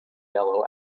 yellow